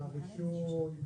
על הרישום,